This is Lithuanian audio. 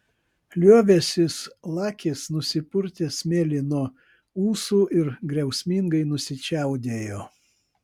liovęsis lakis nusipurtė smėlį nuo ūsų ir griausmingai nusičiaudėjo